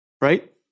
right